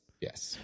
yes